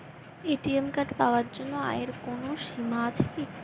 ATM card পাওয়ার জন্য আয়ের কোনো সীমা আছে কি?